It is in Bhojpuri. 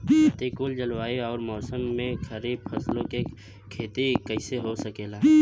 प्रतिकूल जलवायु अउर मौसम में खरीफ फसलों क खेती कइसे हो सकेला?